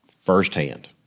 firsthand